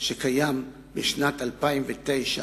שקיים בשנת 2009,